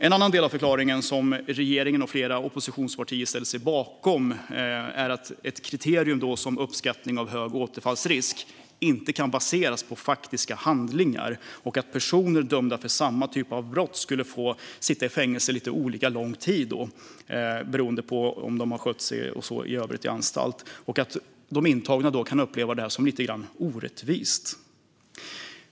En annan del av den förklaring som regeringen och flera oppositionspartier ställer sig bakom är att ett kriterium som uppskattning av återfallsrisk inte baseras på faktiska handlingar och att personer dömda för samma typ av brott skulle få sitta i fängelse olika lång tid beroende på hur de skött sig i övrigt i anstalt. De intagna kan då uppleva detta som lite orättvist.